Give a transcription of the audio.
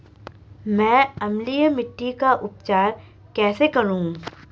मैं अम्लीय मिट्टी का उपचार कैसे करूं?